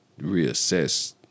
Reassess